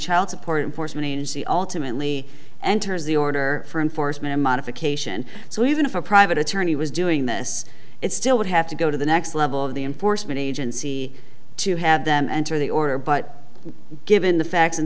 child support enforcement agency ultimately enters the order for enforcement of modification so even if a private attorney was doing this it still would have to go to the next level of the enforcement agency to have them enter the order but given the facts and